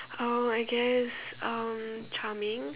uh I guess um charming